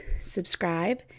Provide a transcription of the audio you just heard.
subscribe